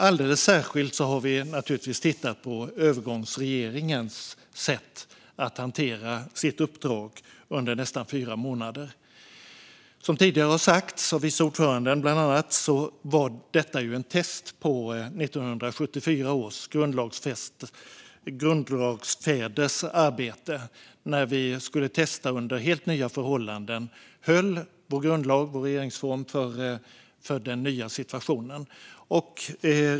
Alldeles särskilt har vi naturligtvis tittat på övergångsregeringens sätt att hantera sitt uppdrag under nästan fyra månader. Som tidigare har sagts, bland annat av vice ordföranden, var detta ett test av 1974 års grundlagsfäders arbete. Höll vår grundlag och regeringsform för detta test under helt nya förhållanden?